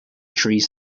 trees